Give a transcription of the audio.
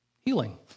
healing